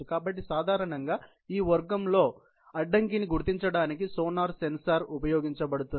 కాబట్టి సాధారణంగా ఈ వర్గంలో అడ్డంకిని గుర్తించడానికి సోనార్ సెన్సార్ ఉపయోగించబడుతుంది